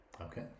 Okay